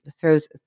throws